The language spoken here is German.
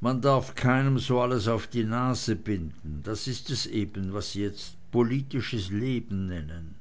man darf keinem so alles auf die nase binden das is eben was sie jetzt politisches leben nennen